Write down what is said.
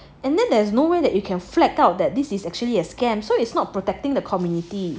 and then there's no way you can flagged out that this is actually a scam so it's not protecting the community